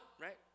right